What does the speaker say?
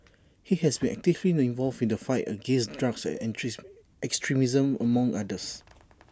he has been actively involved in the fight against drugs and extremism among others